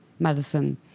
Medicine